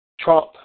Trump